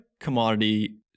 commodity